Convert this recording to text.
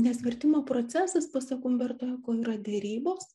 nes vertimo procesas pasak umberto eko yra derybos